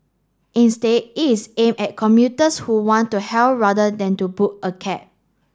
instead it is aimed at commuters who want to hail rather than book a cab